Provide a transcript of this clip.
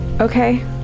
Okay